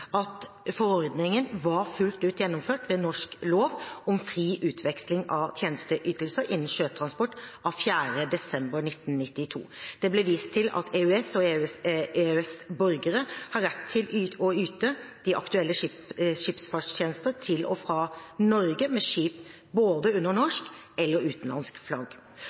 at forordningen fullt ut var gjennomført ved lov om fri utveksling av tjenesteytelser innen sjøtransport av 4. desember 1992. Det ble vist til at EU- og EØS-borgere har rett til å yte de aktuelle skipsfartstjenestene til og fra Norge med skip under både norsk og utenlandsk flagg.